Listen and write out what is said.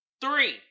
three